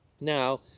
Now